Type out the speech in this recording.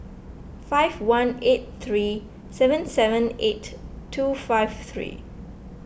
five one eight three seven seven eight two five three